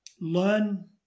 Learn